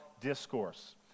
discourse